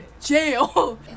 jail